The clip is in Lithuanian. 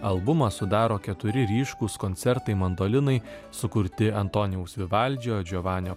albumą sudaro keturi ryškūs koncertai mandolinai sukurti antonijaus vivaldžio džiovanio